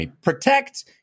Protect